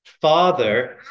Father